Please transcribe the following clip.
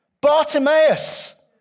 Bartimaeus